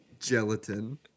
gelatin